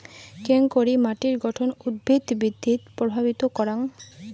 কেঙকরি মাটির গঠন উদ্ভিদ বৃদ্ধিত প্রভাবিত করাং?